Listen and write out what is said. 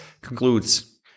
concludes